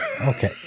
okay